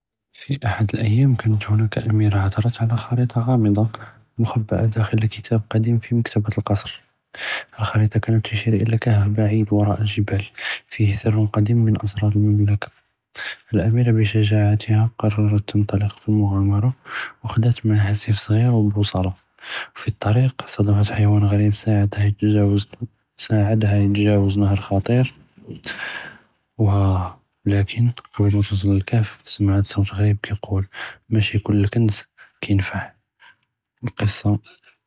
פי אחד אלאיאם כאנת הנאכ אמירה עט'רת עלא ח'ריטה ע'אמדה מֻכּבּאָה דאחל כתאב קדים פי מכתבת אלקצר, אלח'ריטה כאנת תשיר אלא כַּהְף בעיד וראא אלכּבאל פיה סר קדִים מן אסראר אלממלכה, אלאמירה בשג'אעתהא קרארת תנּטלק פי מע'אמְרַה, ואכּדאת מעאהא סיף סג'יר ובּוצלה. ופי א־טריק צאדפת חיואן ע'ריב סאעדהא לתג'אווז נهر חְטִיר, ולאכן קבל מא תוסל אלכּהף סמעת סות ע'ריב כיגול: מאשי כל כנז כי ינפַע, אלקִצָּה.